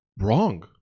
wrong